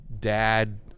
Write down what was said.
dad